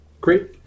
Great